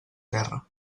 terra